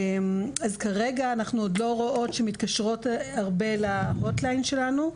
אז כרגע אנחנו עוד לא רואות שמתקשרות הרבה להוט ליין שלנו,